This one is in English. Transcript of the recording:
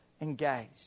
engaged